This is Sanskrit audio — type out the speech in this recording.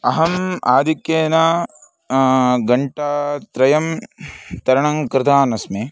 अहम् आधिक्येन गण्टात्रयं तरणङ्कृतवान् अस्मि